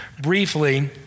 briefly